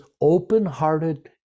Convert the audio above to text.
open-hearted